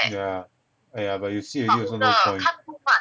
yeah !aiya! but you see already also no point